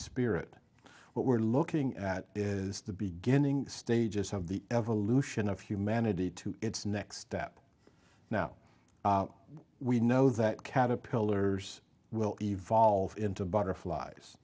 spirit what we're looking at is the beginning stages of the evolution of humanity to its next step now we know that caterpillars will evolve into butterflies